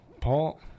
Paul